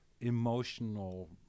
emotional